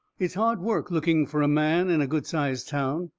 it's hard work looking fur a man in a good-sized town.